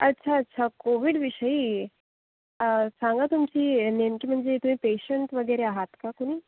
अच्छा अच्छा कोविडविषयी सांगा तुमची नेमकी म्हणजे पेशन्ट वगैरे आहात का कुणी